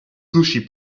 sushi